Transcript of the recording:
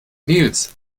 nils